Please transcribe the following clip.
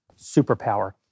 superpower